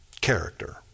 Character